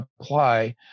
apply